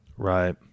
Right